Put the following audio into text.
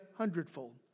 Hundredfold